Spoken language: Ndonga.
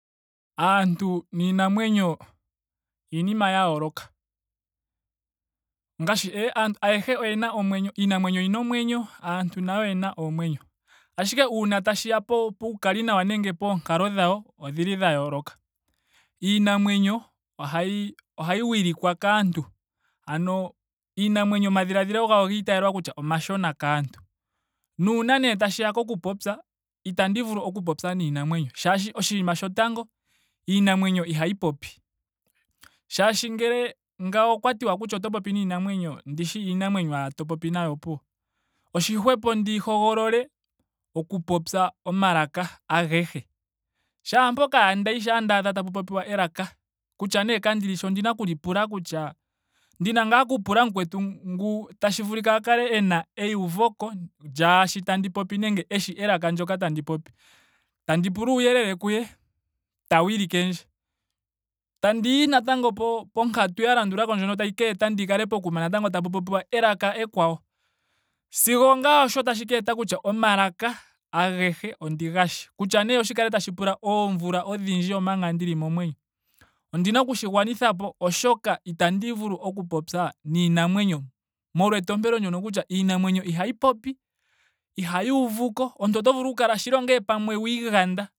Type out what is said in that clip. Aantu niinamwenyo iinima ya yooloka. Ayehe oyena omwenyo. inamwenyo oyina omwenyo. aantu nayo oyena oomwenyo. Ashike ngele tashiya ku- kuukalinawa nenge koonkalo dhawo odhili dha yooloka. iinamwenyo ohayi wilikwa kaantu. Ano iinamwenyo omadhiladhilo gawo ogiitalwa kutya omashona kaantu. Naashi nee tashiya koku popya. itandi vulu oku popya niinamwenyo shaashi oshinina shotango iinamwenyo ihayi popi. shaashi ngawo ngele okwa tiwa oto popi niinamwenyo ndishi iinamwenyo ashike to popi nayo opuwo. Oshihwepo ndi hogolole oku popya omalaka agehe. Shaampoka ashike ndayi shampa ndaadha tapu popiwa elaka kutya nee kandilishi ondina oku li pula kutya. ndina ngaa oku pula mukwetu ngu tashi vulika a kale ena euveko lyaashi tandi popi nenge eshi elaka ndyoka tandi popi. Tandi pula uuyelele kuye. ta wilikendje. Tandiyi natango po- ponkatu ya landulako ndjoka tayi ka eta ndi kale pokuma natanggo tapu popiwa elaka ekwawo. sigo osho ngaa tashi ka eta kutya omalaka agehe ondiga shi. Kutya nee oshi kale tashi pula oomvula odhindji omanga ndili momwenyo ondina okushi gwanithapo oshoka itandi vulu oku popya niinamwenyo molwa etompelo ndyono kutya iinamwenyo ihayi popi. ihayi uvuko. omuntu oto vulu shili pamwe ongele wiiganda